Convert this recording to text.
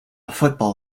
football